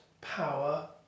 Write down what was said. power